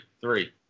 Three